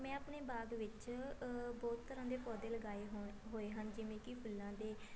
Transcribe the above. ਮੈਂ ਆਪਣੇ ਬਾਗ ਵਿੱਚ ਬਹੁਤ ਤਰ੍ਹਾਂ ਦੇ ਪੌਦੇ ਲਗਾਏ ਹੋਣ ਹੋਏ ਹਨ ਜਿਵੇਂ ਕਿ ਫੁੱਲਾਂ ਦੇ